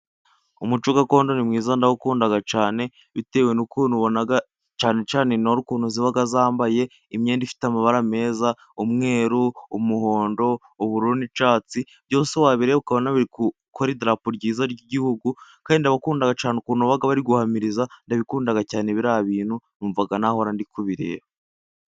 Umuco gakondo ni mwiza ndawukunda cyane, bitewe n'ukuntu ubona cyane cyane intore, ukuntu ziba zambaye imyenda ifite amabara meza, umweru, umuhondo, uburu n'icyatsi, byose wabireba ukabona biri gukora idarapo ryiza ry'igihugu, kandi ndabikunda cyane, ukuntu baba bari guhamiriza ndabikunda cyane, biriya bintu numva nahora ndikubireba.